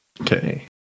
okay